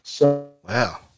Wow